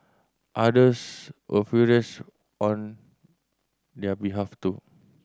others were furious on their behalf too